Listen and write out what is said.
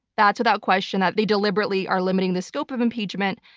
that's without question that they deliberately are limiting the scope of impeachment.